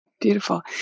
Beautiful